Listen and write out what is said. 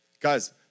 Guys